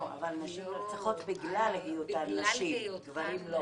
אבל נשים נרצחות בגלל היותן נשים וגברים לא.